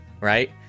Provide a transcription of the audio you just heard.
right